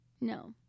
no